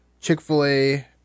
Chick-fil-A